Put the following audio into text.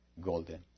golden